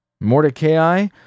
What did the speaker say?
Mordecai